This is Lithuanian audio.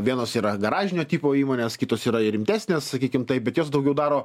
vienos yra garažinio tipo įmonės kitos yra ir rimtesnės sakykim taip bet jos daugiau daro